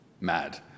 mad